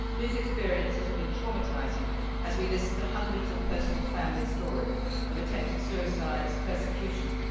these experiences have been traumatizing as we listen to hundreds of personal family stories of attempted suicides, persecution,